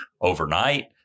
overnight